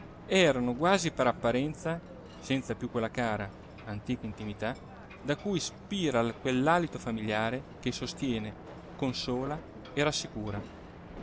erano quasi per apparenza senza più quella cara antica intimità da cui spira quell'alito familiare che sostiene consola e rassicura